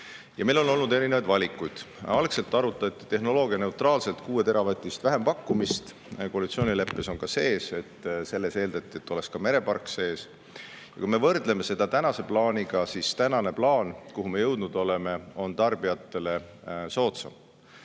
Meil on olnud erinevaid valikuid, algselt arutati tehnoloogianeutraalset kuueteravatist vähempakkumist. Koalitsioonileppes on see ka sees. Selles eeldati, et oleks ka merepark sees. Kui me võrdleme seda tänase plaaniga, siis tänane plaan, kuhu me oleme jõudnud, on tarbijatele soodsam.